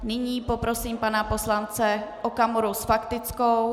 Nyní poprosím pana poslance Okamuru s faktickou.